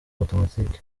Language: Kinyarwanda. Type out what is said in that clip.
automatic